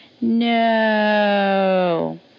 No